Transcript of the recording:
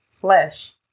flesh